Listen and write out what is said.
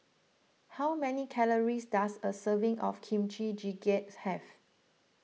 how many calories does a serving of Kimchi Jjigae have